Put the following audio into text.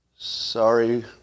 Sorry